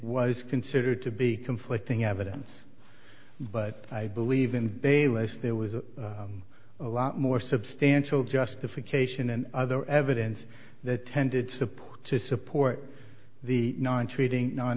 was considered to be conflicting evidence but i believe in a less there was a lot more substantial justification and other evidence that tended support to support the non treating non